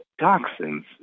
toxins